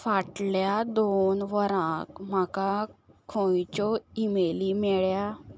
फाटल्या दोन वरांक म्हाका खंयच्योय ईमेली मेळ्ळ्या